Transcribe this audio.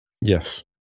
Yes